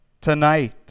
tonight